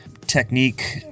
technique